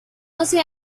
doce